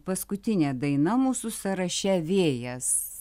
paskutinė daina mūsų sąraše vėjas